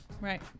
Right